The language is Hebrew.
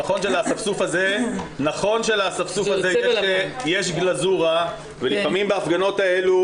נכון שלאספסוף הזה יש גלזורה ולפעמים בהפגנות האלו